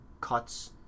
cuts